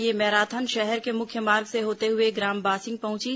यह मैराथन शहर के मुख्य मार्ग से होते हुए ग्राम बासिंग पहुंची